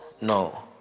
no